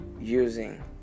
using